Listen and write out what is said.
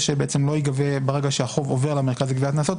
שברגע שהחוב עובר למרכז לגביית קנסות,